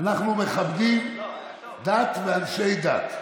אנחנו מכבדים דת ואנשי דת,